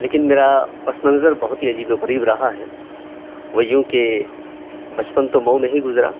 لیکن میرا پس منظر بہت ہی عجیب و غریب رہا ہے وہ یوں کہ بچپن تو مئو میں ہی گزرا